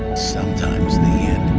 sometimes the